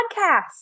podcast